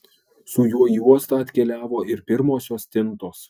su juo į uostą atkeliavo ir pirmosios stintos